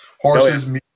horses